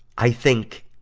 i think,